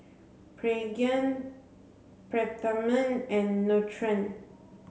Pregain Peptamen and Nutren